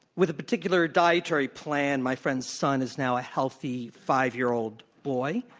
with a particular dietary plan, my friend's son is now a healthy five-year-old boy,